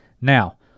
Now